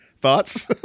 thoughts